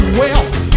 wealth